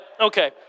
okay